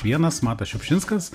vienas matas šiupšinskas